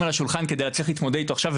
על השולחן כדי להצליח להתמודד איתו עכשיו,